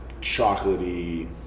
chocolatey